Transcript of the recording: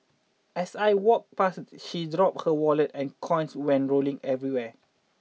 as I walked past she dropped her wallet and coins went rolling everywhere